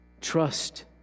Trust